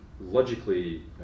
logically